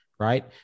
Right